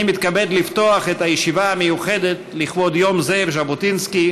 אני מתכבד לפתוח את הישיבה המיוחדת לכבוד יום זאב ז'בוטינסקי,